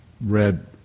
read